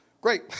great